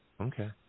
Okay